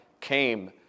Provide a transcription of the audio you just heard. came